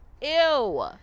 Ew